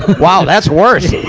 wow, that's worse!